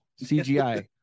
CGI